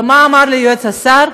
ומה אמר לי יועץ השר?